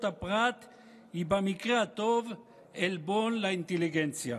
הפרט היא במקרה הטוב עלבון לאינטליגנציה.